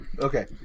okay